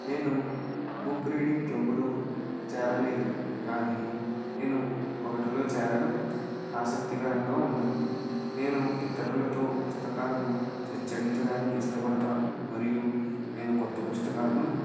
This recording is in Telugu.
నేను బుక్ రీడింగ్ క్లబ్లో చేరలేదు కానీ నేను ఒకటిలో చేరడం ఆసక్తికరంగా ఉంటుంది నేను ఇతరులతో పుస్తకాలను చర్చించడానికి ఇష్టపడతాను మరియు నేను క్రొత్త పుస్తకాలను